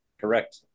Correct